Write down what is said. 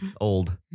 old